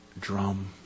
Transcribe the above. drum